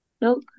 Nope